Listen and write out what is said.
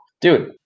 dude